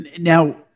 Now